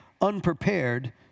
unprepared